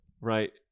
Right